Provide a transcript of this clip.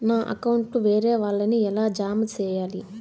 నా అకౌంట్ కు వేరే వాళ్ళ ని ఎలా జామ సేయాలి?